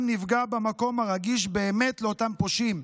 נפגע במקום הרגיש באמת לאותם פושעים,